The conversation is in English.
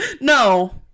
No